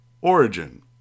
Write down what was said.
Origin